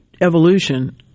evolution